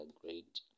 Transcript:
great